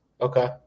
Okay